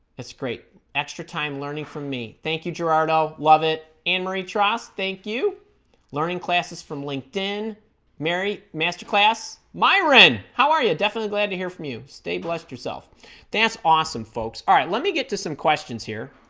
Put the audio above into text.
it's great extra time learning from me thank you gerardo love it annmarie trois so thank you learning classes from linkedin marry master class myron how are you definitely glad to hear from you stay blessed yourself they awesome folks all right let me get to some questions here